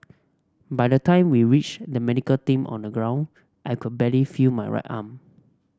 by the time we reached the medical team on the ground I could barely feel my right arm